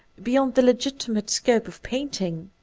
beyond the legitimate scope of painting.